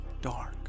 dark